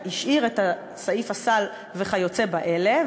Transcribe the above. והשאיר את סעיף הסל "וכיוצא באלה",